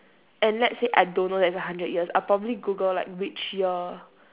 and let's say I don't know that's a hundred years I probably google like which year